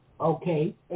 Okay